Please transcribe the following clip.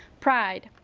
pride.